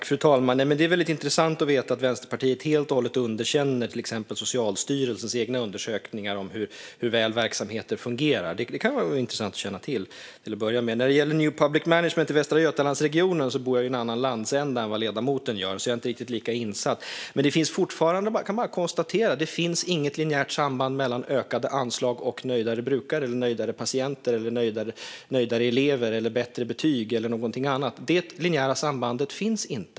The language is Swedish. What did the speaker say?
Fru talman! Det är väldigt intressant att veta att Vänsterpartiet helt och hållet underkänner till exempel Socialstyrelsens egna undersökningar om hur väl verksamheter fungerar. Det kan vara intressant att känna till. Jag bor i en annan landsända än ledamoten, så när det gäller new public management i Västra Götalandsregionen är jag inte riktigt lika insatt. Jag kan bara konstatera att det inte finns något linjärt samband mellan ökade anslag och nöjdare brukare eller patienter, nöjdare elever, bättre betyg eller någonting annat. Det linjära sambandet finns inte.